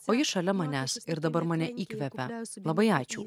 o ji šalia manęs ir dabar mane įkvepia labai ačiū